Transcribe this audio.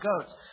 goats